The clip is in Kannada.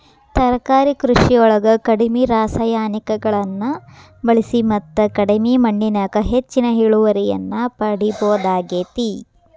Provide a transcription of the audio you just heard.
ತರಕಾರಿ ಕೃಷಿಯೊಳಗ ಕಡಿಮಿ ರಾಸಾಯನಿಕಗಳನ್ನ ಬಳಿಸಿ ಮತ್ತ ಕಡಿಮಿ ಮಣ್ಣಿನ್ಯಾಗ ಹೆಚ್ಚಿನ ಇಳುವರಿಯನ್ನ ಪಡಿಬೋದಾಗೇತಿ